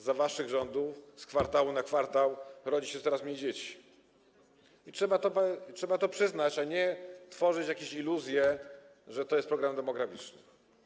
Za waszych rządów z kwartału na kwartał rodzi się coraz mniej dzieci i trzeba to przyznać, a nie tworzyć jakieś iluzje, że to jest program demograficzny.